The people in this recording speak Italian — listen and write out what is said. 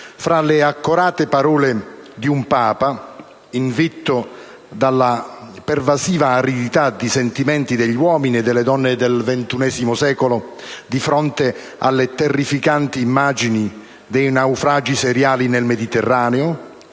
fra le accorate parole di un Papa, invitto dalla pervasiva aridità di sentimenti degli uomini e delle donne del XXI secolo, di fronte alle terrificanti immagini dei naufragi seriali nel Mediterraneo,